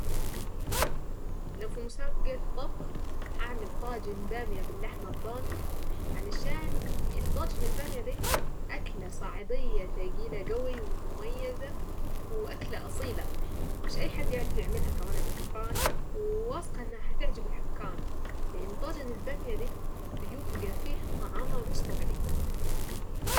لو في مسابقة طبخ هاعمل طاجن بامية باللحمة الضاني. طاجن البامية ده اكلة صعيدية تقيلة قوي ومميزة واكلة اصيلة مش اي حد يعرف يعملها كمان باتقان وواثقة انها هتعجب الحكام لان طاجن البامية ده بيبقى فيه طعامة مش طبيعية.